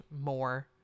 more